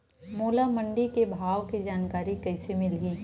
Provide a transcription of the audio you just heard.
मोला मंडी के भाव के जानकारी कइसे मिलही?